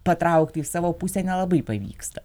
patraukti į savo pusę nelabai pavyksta